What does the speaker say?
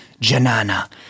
Janana